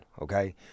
Okay